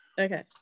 Okay